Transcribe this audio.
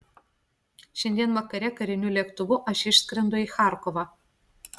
šiandien vakare kariniu lėktuvu aš išskrendu į charkovą